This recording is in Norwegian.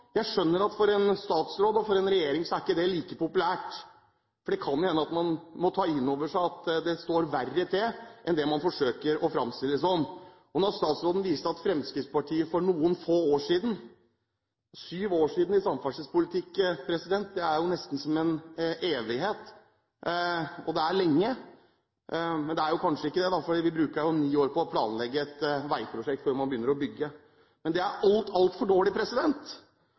Jeg skjønner at det for en statsråd og for en regjering ikke er like populært, for det kan hende at man må ta inn over seg at det står verre til enn det man forsøker å fremstille det som. Jeg viste til at man etter sju år bør begynne å ta ansvar – sju år i samferdselspolitikken er lenge, nesten som en evighet – men det er kanskje ikke det, for vi bruker jo ni år på å planlegge et veiprosjekt før man begynner å bygge, men det er altfor dårlig.